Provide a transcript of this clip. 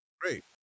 great